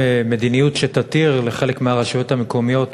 מדיניות שתתיר לחלק מהרשויות המקומיות